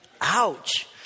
Ouch